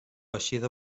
eixida